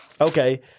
Okay